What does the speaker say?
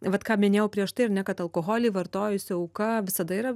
vat ką minėjau prieš tai ar ne kad alkoholį vartojusi auka visada yra